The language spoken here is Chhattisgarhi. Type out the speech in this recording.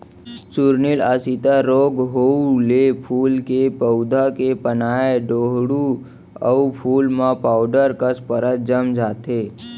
चूर्निल आसिता रोग होउए ले फूल के पउधा के पानाए डोंहड़ू अउ फूल म पाउडर कस परत जम जाथे